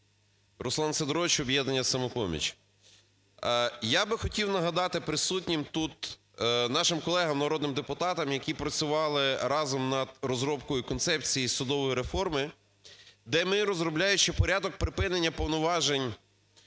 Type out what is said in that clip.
Руслан Сидорович, "Об'єднання "Самопоміч". Я би хотів нагадати присутнім тут нашим колегам народним депутатам, які працювали разом над розробкою концепції судової реформи, де ми, розробляючи порядок припинення повноважень